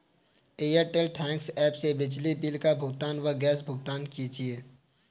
Airtel thanks app से बिजली bill का भुगतान व गैस भुगतान कीजिए